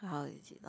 how is it lah